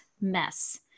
mess